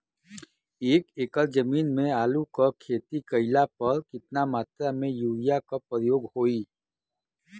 एक एकड़ जमीन में आलू क खेती कइला पर कितना मात्रा में यूरिया क प्रयोग होई?